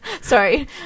sorry